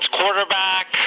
quarterback